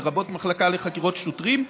לרבות המחלקה לחקירות שוטרים,